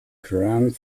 gran